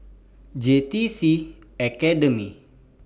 J T C Academy